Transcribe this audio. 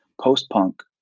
post-punk